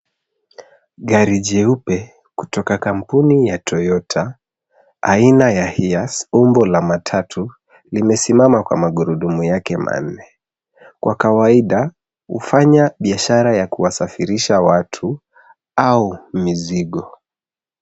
Gari jeupe kutoka kampuni ya Toyota aina ya Hiace, umbo la matatu, limesimama kwa magurudumu yake manne. Kwa kawaida, hufanya biashara ya kuwasafirisha watu au mizigo.